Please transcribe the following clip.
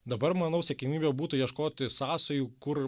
dabar manau siekiamybė būtų ieškoti sąsajų kur